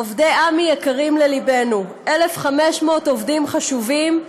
עובדי עמ"י יקרים ללבנו, 1,500 עובדים חשובים,